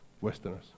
Westerners